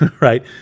right